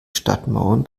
stadtmauern